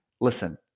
listen